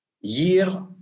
year